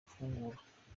ufungura